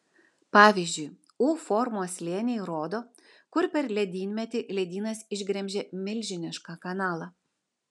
pavyzdžiui u formos slėniai rodo kur per ledynmetį ledynas išgremžė milžinišką kanalą